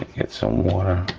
get some water,